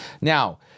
Now